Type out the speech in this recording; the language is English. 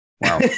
Wow